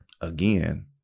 again